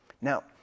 Now